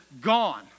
gone